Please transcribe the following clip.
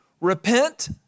Repent